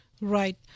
right